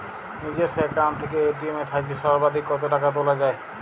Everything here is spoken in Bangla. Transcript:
নিজস্ব অ্যাকাউন্ট থেকে এ.টি.এম এর সাহায্যে সর্বাধিক কতো টাকা তোলা যায়?